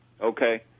Okay